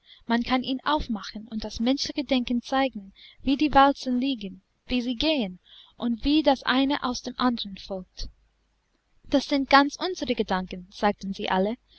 man kann ihn aufmachen und das menschliche denken zeigen wie die walzen liegen wie sie gehen und wie das eine aus dem andern folgt das sind ganz unsere gedanken sagten sie alle